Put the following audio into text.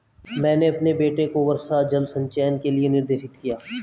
मैंने अपने बेटे को वर्षा जल संचयन के लिए निर्देशित किया